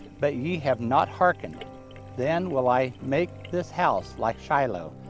but ye have not hearkened then will i make this house like shiloh,